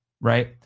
right